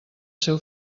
seu